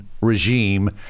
regime